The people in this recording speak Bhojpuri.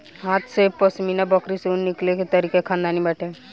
हाथे से पश्मीना बकरी से ऊन निकले के तरीका खानदानी बाटे